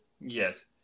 Yes